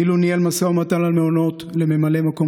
אילו ניהל משא ומתן על מעונות לממלא מקום